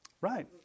Right